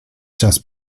czas